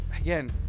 again